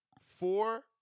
four